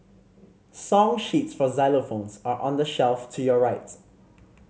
song sheets for xylophones are on the shelf to your rights